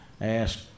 ask